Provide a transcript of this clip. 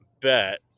bet